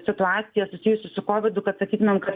situacija susijusi su kovidu kad sakytumėm kad